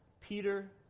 Peter